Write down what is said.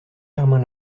germain